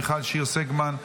מיכל שיר סגמן,